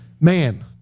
man